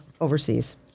overseas